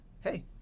Hey